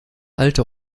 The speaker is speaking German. alte